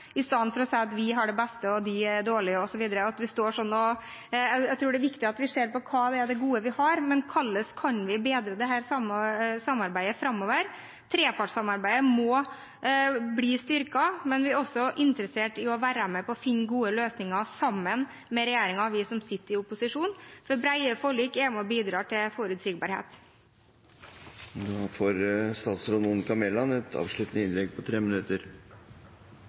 istedenfor å si at vi har det beste, de er dårlige osv. Jeg tror det er viktig at vi ser på det gode vi har, men også på hvordan vi kan bedre dette samarbeidet framover – trepartssamarbeidet må bli styrket. Vi som sitter i opposisjon, er også interessert i å finne gode løsninger sammen med regjeringen, for brede forlik er med på å bidra til forutsigbarhet. Takk for en god debatt, selv om jeg er litt usikker på